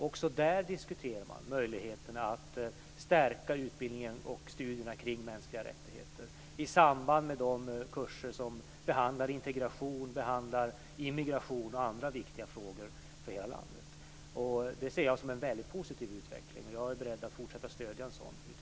Också där diskuterar man möjligheterna att stärka utbildningen och studierna kring mänskliga rättigheter i samband med de kurser som behandlar integration, immigration och andra för hela landet viktiga frågor. Det ser jag som en mycket positiv utveckling. Jag är beredd att fortsätta att stödja en sådan utveckling.